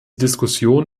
diskussion